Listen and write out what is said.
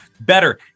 better